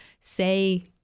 say